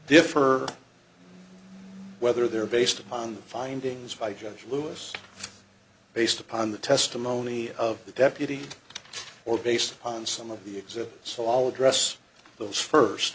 defer whether they're based on the findings by judge lewis based upon the testimony of the deputy or based on some of the exam so all address those first